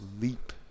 leap